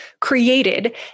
created